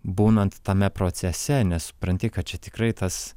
būnant tame procese nes supranti kad čia tikrai tas